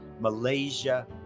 Malaysia